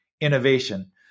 innovation